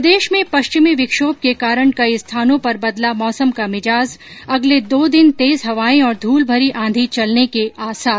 प्रदेश में पश्चिमी विक्षोम के कारण कई स्थानों पर बदला मौसम का मिज़ाज अगले दो दिन तेज हवाएं और धूल भरी आंधी चलने के आसार